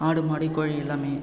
ஆடு மாடு கோழி எல்லாமே